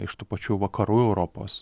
iš tų pačių vakarų europos